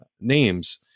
names